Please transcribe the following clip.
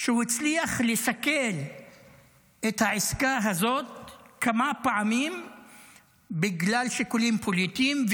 שהוא הצליח לסכל את העסקה הזאת כמה פעמים בגלל שיקולים פוליטיים,